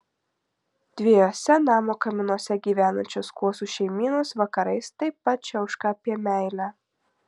dviejuose namo kaminuose gyvenančios kuosų šeimynos vakarais taip pat čiauška apie meilę